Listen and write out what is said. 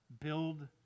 build